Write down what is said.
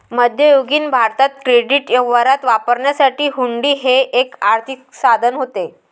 मध्ययुगीन भारतात क्रेडिट व्यवहारात वापरण्यासाठी हुंडी हे एक आर्थिक साधन होते